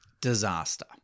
Disaster